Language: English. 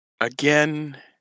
again